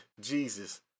Jesus